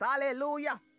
Hallelujah